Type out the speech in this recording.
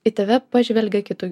į tave pažvelgia kitu